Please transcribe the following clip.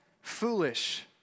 Foolish